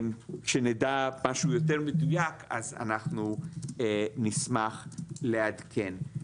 כשנדע משהו יותר מדויק אז אנחנו נשמח לעדכן.